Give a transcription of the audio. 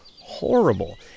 horrible